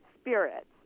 spirit